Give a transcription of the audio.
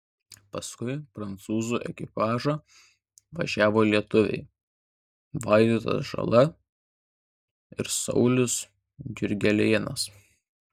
paskui prancūzų ekipažą važiavo lietuviai vaidotas žala ir saulius jurgelėnas